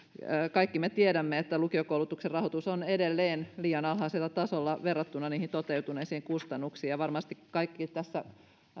kaikki me tiedämme että lukiokoulutuksen rahoitus on edelleen liian alhaisella tasolla verrattuna niihin toteutuneisiin kustannuksiin ja varmasti kaikki tässä